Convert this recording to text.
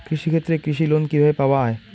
কৃষি ক্ষেত্রে কৃষি লোন কিভাবে পাওয়া য়ায়?